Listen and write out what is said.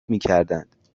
میکردند